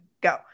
Go